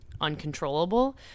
uncontrollable